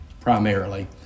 primarily